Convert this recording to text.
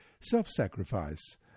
self-sacrifice